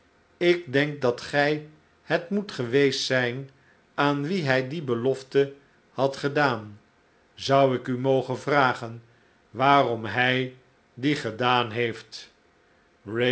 ik denk dat gij het moet geweest zijri aan wie hij die belofte had gedaan zou ik u mogen vragen waarom hij die gedaan heeft